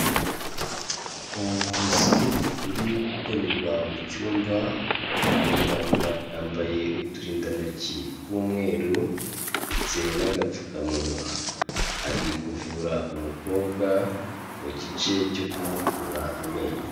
Ubuvuzi buri gukorerwa mu cyumba, umuganga yambaye uturindantoki tw'umweru ndetse n'agapfukamunwa, ari kuvura umukobwa mu gice cyo kumukura amenyo.